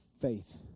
faith